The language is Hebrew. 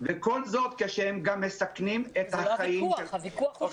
וכל זאת כאשר הם מסכנים את החיים שלהם.